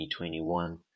2021